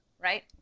right